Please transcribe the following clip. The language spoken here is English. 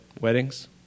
weddings